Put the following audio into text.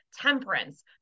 temperance